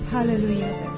Hallelujah